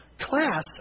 class